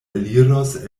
eliros